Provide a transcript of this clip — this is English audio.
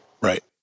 Right